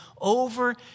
over